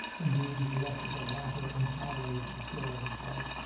indeed, he left the latter entirely to the care of his wife,